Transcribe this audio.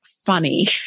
funny